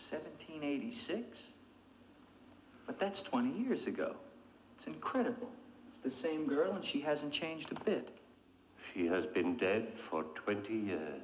seventeen eighty six but that's twenty years ago it's incredible it's the same girl and she hasn't changed a bit he has been dead for twenty